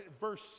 Verse